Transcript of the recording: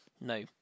No